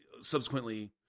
subsequently